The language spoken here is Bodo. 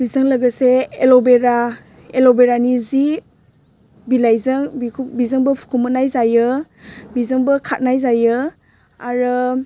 बिजों लोगोसे एल'बेरा एल'बेरानि जि बिलाइजों बिखौ बिजोंबो फुखुमुरनाय जायो बिजोंबो खारनाय जायो आरो